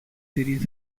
series